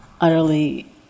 utterly